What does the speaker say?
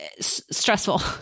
stressful